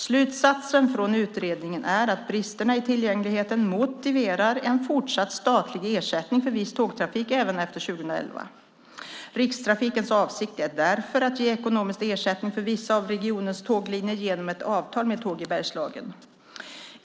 Slutsatsen från utredningen är att bristerna i tillgängligheten motiverar en fortsatt statlig ersättning för viss tågtrafik även efter 2011. Rikstrafikens avsikt är därför att ge ekonomisk ersättning för vissa av regionens tåglinjer genom ett avtal med Tåg i Bergslagen.